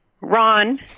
Ron